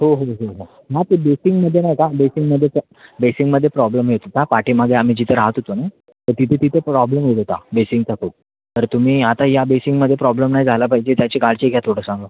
हो हो हो हो हां ते बेसीनमध्ये नाही का बेसीनमध्ये तर बेसीनमध्ये प्रॉब्लम येत होता पाठीमागे आम्ही जिथं राहत होतो ना तर तिथे तिथे प्रॉब्लेम येत होता बेसीनचा खूप तर तुम्ही आता या बेसीनमध्ये प्रॉब्लम नाही झाला पाहिजे त्याची काळजी घ्या थोडंसं